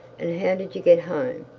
and how did you get home,